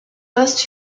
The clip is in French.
poste